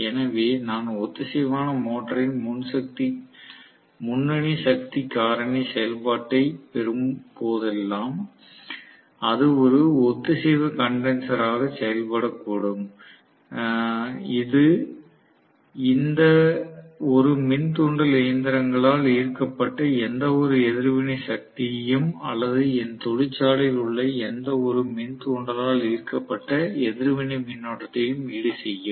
எனவே நான் ஒத்திசைவான மோட்டரின் முன்னணி சக்தி காரணி செயல்பாட்டைப் பெறும் போதெல்லாம் அது ஒரு ஒத்திசைவு கன்டென்சர் ஆக செயல்படக்கூடும் இது எந்த ஒரு மின் தூண்டல் இயந்திரங்களால் ஈர்க்கப்பட்ட எந்தவொரு எதிர்வினை சக்தியையும் அல்லது என் தொழிற்சாலையில் உள்ள எந்த ஒரு மின் தூண்டலால் ஈர்க்கப்பட்ட எதிர்வினை மின்னோட்டத்தையும் ஈடுசெய்யும்